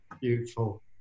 beautiful